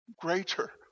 greater